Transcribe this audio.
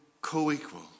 Co-equal